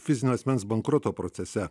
fizinio asmens bankroto procese